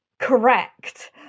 Correct